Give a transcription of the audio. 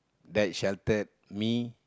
that sheltered me